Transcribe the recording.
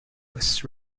was